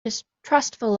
distrustful